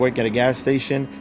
work at a gas station,